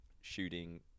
shooting